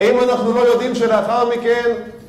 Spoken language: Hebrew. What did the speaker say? אם אנחנו לא יודעים שלאחר מכן...